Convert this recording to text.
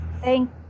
Thank